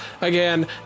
again